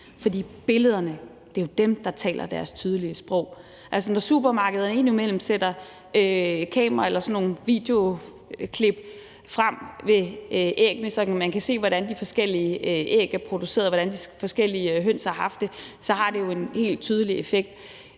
tage billeder, for det er jo billederne, der taler deres tydelige sprog. Når supermarkederne indimellem sætter kamera- eller sådan nogle videoklip frem ved æggene, så man kan se, hvordan de forskellige æg er produceret, og hvordan de forskellige høns har haft det, så har det jo en helt tydelig effekt.